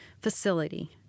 facility